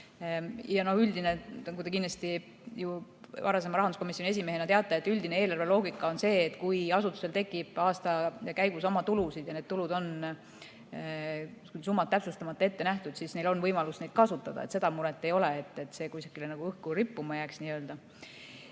prognoos. Nagu te kindlasti ju varasema rahanduskomisjoni esimehena teate, üldine eelarveloogika on see, et kui asutusel tekib aasta käigus omatulusid ja need tulud on summat täpsustamata ette nähtud, siis neil on võimalus neid kasutada. Seda muret ei ole, et need kusagile nagu õhku rippuma jääks. Seal